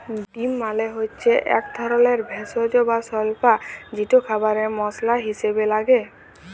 deal মালে হচ্যে এক ধরলের ভেষজ বা স্বল্পা যেটা খাবারে মসলা হিসেবে লাগে